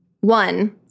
One